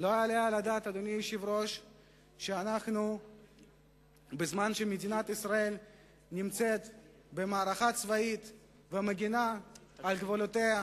על הדעת שבזמן שמדינת ישראל נמצאת במערכה צבאית ומגינה על גבולותיה,